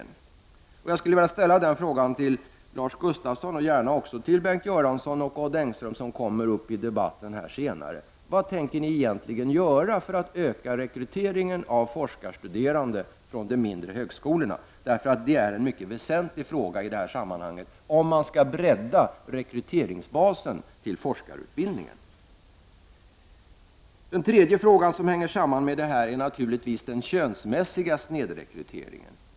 Jag skulle vilja fråga Lars Gustafsson och gärna också Bengt Göransson och Odd Engström, som kommer upp i debatten senare: Vad tänker ni egentligen göra för att öka rekryteringen av forskarstuderande från de mindre högskolorna? Det är en mycket väsentlig fråga i det här sammanhanget, om man nu skall bredda rekryteringsbasen till forskarutbildningen. Den tredje frågan som hänger samman med detta är naturligtvis den könsmässiga snedrekryteringen.